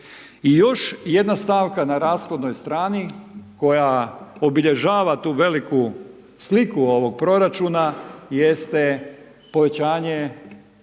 I još jedna stavka na rashodnoj strani, koja obilježava tu veliku sliku ovog proračuna, jeste povećanje